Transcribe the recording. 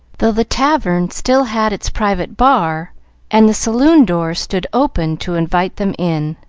though the tavern still had its private bar and the saloon-door stood open to invite them in.